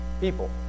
people